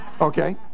Okay